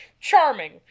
Charming